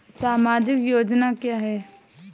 सामाजिक योजना क्या है?